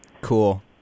Cool